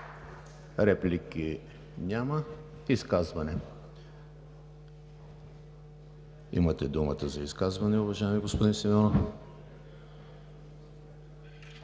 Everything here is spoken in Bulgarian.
Реплики? Няма. Изказвания? Имате думата за изказване, уважаеми господин Симеонов.